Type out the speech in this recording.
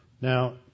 Now